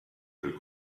del